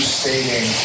stating